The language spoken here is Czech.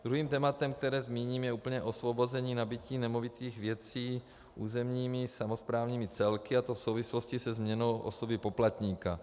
Druhým tématem, které zmíním, je úplné osvobození nabytí nemovitých věcí územními samosprávnými celky, a to v souvislosti se změnou osoby poplatníka.